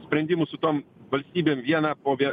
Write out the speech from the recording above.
sprendimų su tom valstybėm vieną po vie